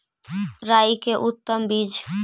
राई के उतम बिज?